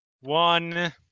One